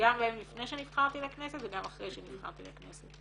גם לפני שנבחרתי לכנסת וגם אחרי שנבחרתי לכנסת,